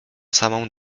samą